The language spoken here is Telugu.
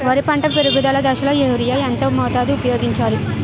వరి పంట పెరుగుదల దశలో యూరియా ఎంత మోతాదు ఊపయోగించాలి?